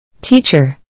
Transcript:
Teacher